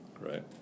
right